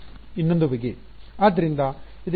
ಇನ್ನೊಂದು ಬಗೆ